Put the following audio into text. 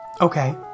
okay